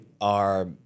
are-